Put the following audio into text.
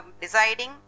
deciding